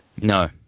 No